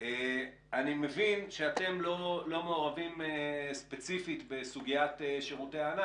אני מבין שאתם לא מעורבים ספציפית בסוגיית שירותי הענן.